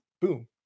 Boom